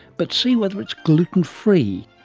but see whether it's gluten-free.